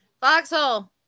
Foxhole